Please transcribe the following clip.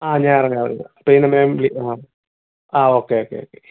ആ ഞാൻ ഇറങ്ങാം ഇറങ്ങാം പിന്നെ ഞാൻ വിളി ആ ഓക്കേ ഓക്കേ ഓക്കേ